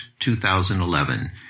2011